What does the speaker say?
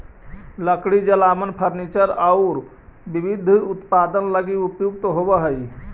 लकड़ी जलावन, फर्नीचर औउर विविध उत्पाद लगी प्रयुक्त होवऽ हई